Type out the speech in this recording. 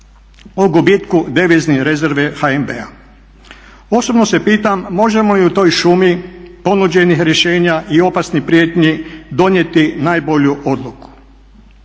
o gubitku deviznih rezervi HNB-a. Osobno se pitam možemo li u toj šumi ponuđenih rješenja i opasnih prijetnji donijeti najbolju odluku.